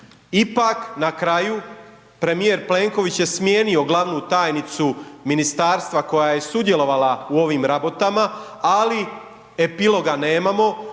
Ipak, na kraju premijer Plenković je smijenio glavnu tajnicu ministarstva koja je sudjelovala u ovim rabotama, ali epiloga nemamo.